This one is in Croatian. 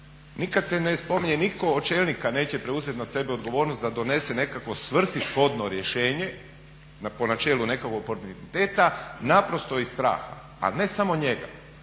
Nikad se ne spominje nitko od čelnika neće preuzet na sebe odgovornost da donese nekakvo svrsishodno rješenje po načelu … naprosto iz straha, a ne samo njega